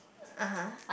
(uh huh)